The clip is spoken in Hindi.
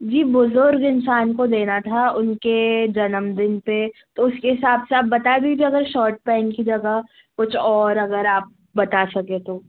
जी बुज़ुर्ग इंसान को देना था उनके जन्मदिन पर तो उसके हिसाब से आप बता दीजिए अगर शर्ट पैन्ट की जगह कुछ और अगर आप बता सकें तो